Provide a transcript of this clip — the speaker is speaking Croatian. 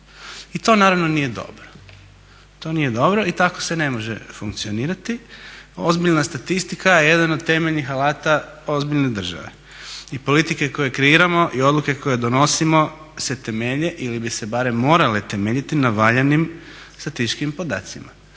I to naravno nije dobro. To nije dobro i tako se ne može funkcionirati. Ozbiljna statistika je jedan od temeljnih alata ozbiljne države. I politike koju kreiramo i odluke koje donosimo se temelje ili bi se barem morale temeljiti na valjanim statističkim podacima.